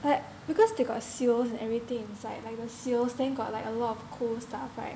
but because they got seals and everything inside 那个 seals then got like a lot of cool stuff right